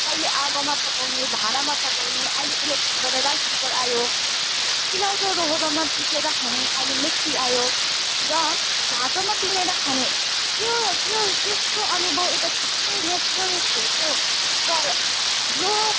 पहिले आगोमा पकउने भाँडामा पकाउने अहिले इलेक्ट्रिक राइस कुकर आयो सिलौटो लोहोरोमा पिसेर खाने अहिले मिक्सि आयो र जाँतोमा पिनेर खाने त्यो त्यो त्यस्तो अनुभव एउटा छुट्टै नेचुरल थियो क्या तर यो